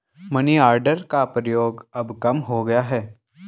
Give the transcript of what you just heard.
money order का प्रयोग अब कम हो गया है